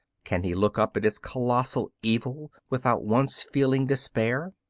can he look up at its colossal evil without once feeling despair?